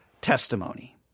testimony